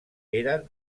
era